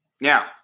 Now